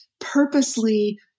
purposely